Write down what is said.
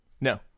No